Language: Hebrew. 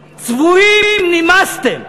צבועים, נמאסתם.